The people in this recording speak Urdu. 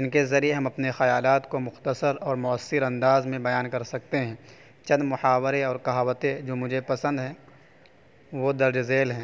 ان کے ذریعے ہم اپنے خیالات کو مختصر اور مؤثر انداز میں بیان کر سکتے ہیں چند محاورے اور کہاوتے جو مجھے پسند ہیں وہ درج ذیل ہیں